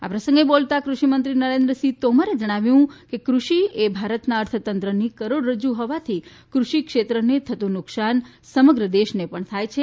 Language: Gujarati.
આ પ્રસંગે બોલતા કૃષિમંત્રી નરેન્દ્રસિંહ તોમરે જણાવ્યું છે કે ક્રષિએ ભારતના અર્થતંત્રની કરોડરજ્જુ હોવાથી કૃષિ ક્ષેત્રને થતું નુકસાન સમગ્ર દેશને પણ થાય છે